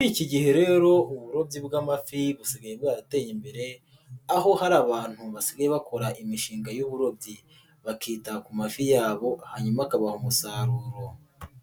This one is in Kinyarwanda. Muri iki gihe rero uburobyi bw'amafi busiga bwarateye imbere, aho hari abantu basigaye bakora imishinga y'uburobyi, bakita ku mafi yabo hanyuma akabaha umusaruro.